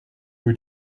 who